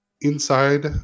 Inside